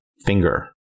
finger